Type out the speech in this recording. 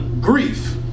Grief